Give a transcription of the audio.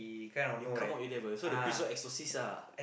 you come out you devil so the priest all exorcist ah